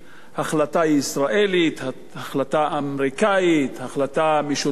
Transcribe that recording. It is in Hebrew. החלטה ישראלית, החלטה אמריקנית, החלטה משותפת.